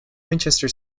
winchester